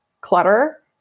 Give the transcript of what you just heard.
clutter